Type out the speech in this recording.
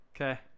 Okay